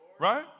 Right